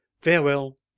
Farewell